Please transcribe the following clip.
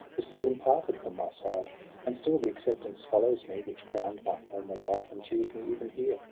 was seldom parted from my side and still the acceptance follows me, which crown'd my former life, and cheers me even here.